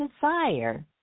desire